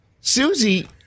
Susie